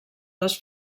les